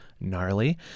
gnarly